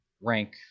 rank